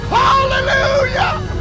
hallelujah